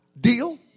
Deal